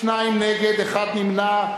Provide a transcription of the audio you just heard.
101, שניים נגד, אחד נמנע.